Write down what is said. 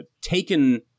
taken